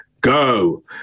Go